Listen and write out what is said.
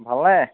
ভালে